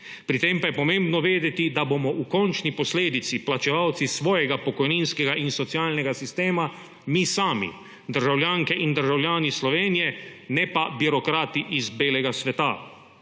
Pri tem je pomembno vedeti, da bomo v končni posledici plačevalci svojega pokojninskega in socialnega sistema mi sami, državljanke in državljani Slovenije, ne pa birokrati iz belega sveta.